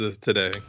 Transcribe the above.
today